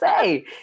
say